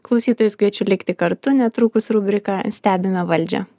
klausytojus kviečiu likti kartu netrukus rubrika stebime valdžią